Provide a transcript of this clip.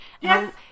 Yes